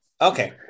Okay